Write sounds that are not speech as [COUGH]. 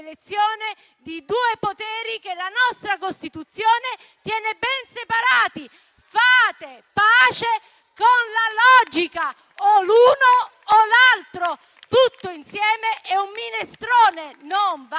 di due poteri che la nostra Costituzione tiene ben separati. Fate pace con la logica: o l'uno o l'altro. [APPLAUSE] Tutto insieme è un minestrone, non va